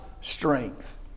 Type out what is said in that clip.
strength